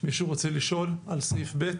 שסעיף 9